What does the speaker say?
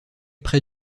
près